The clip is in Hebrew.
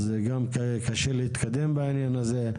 אז קשה להתקדם בעניין הזה.